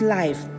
life